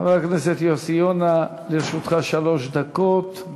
חבר הכנסת יוסי יונה, לרשותך שלוש דקות.